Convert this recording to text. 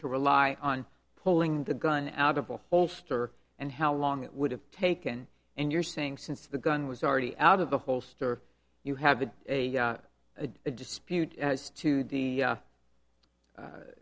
to rely on pulling the gun out of the holster and how long it would have taken and you're saying since the gun was already out of the holster you have a dispute as to the